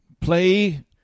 play